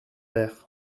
vers